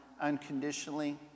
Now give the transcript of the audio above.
unconditionally